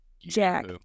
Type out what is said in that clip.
Jack